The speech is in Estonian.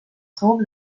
soov